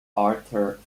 arthur